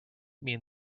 mean